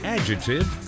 Adjective